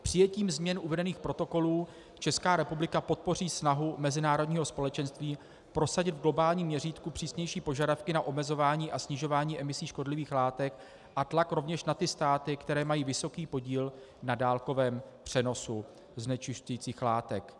Přijetím změn uvedených protokolů Česká republika podpoří snahu mezinárodního společenství prosadit v globálním měřítku přísnější požadavky na omezování a snižování emisí škodlivých látek a tlak rovněž na ty státy, které mají vysoký podíl na dálkovém přenosu znečišťujících látek.